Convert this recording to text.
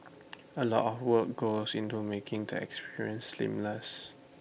A lot of work goes into making the experience seamless